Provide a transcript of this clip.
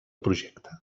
projecte